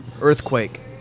earthquake